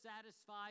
satisfied